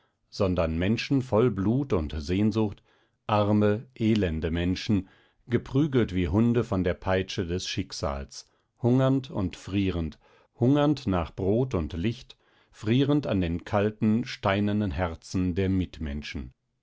dramas menschen voll blut und sehnsucht arme elende menschen geprügelt wie hunde von der peitsche des schicksals hungernd und frierend hungernd nach brot und licht frierend an den kalten steinernen herzen der mitmenschen